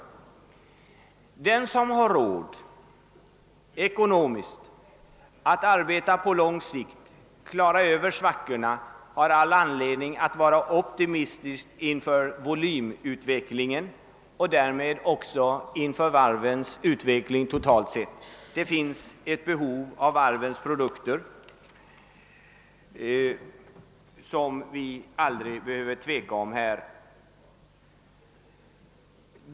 Den som har råd ekonomiskt att arbeta på lång sikt, att klara sig över svackorna, har all anledning att vara optimistisk inför volymutvecklingen och därmed också inför varvens utveckling totalt sett. Det finns behov av varvens produkter, det behöver vi aldrig tveka om.